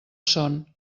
son